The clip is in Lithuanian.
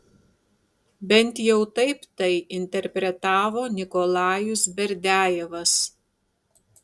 bent jau taip tai interpretavo nikolajus berdiajevas